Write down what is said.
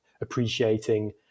appreciating